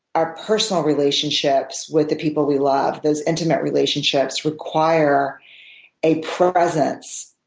our personal relationships with the people we love, those intimate relationships, require a presence,